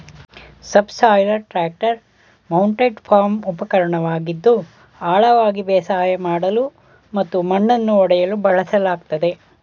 subsoiler tractor mounted farm ಉಪಕರಣವಾಗಿದ್ದು ಆಳವಾಗಿ ಬೇಸಾಯ ಮಾಡಲು ಮತ್ತು ಮಣ್ಣನ್ನು ಒಡೆಯಲು ಬಳಸಲಾಗ್ತದೆ